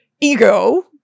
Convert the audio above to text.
ego